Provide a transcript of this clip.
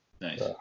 Nice